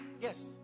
Yes